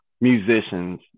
musicians